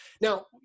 now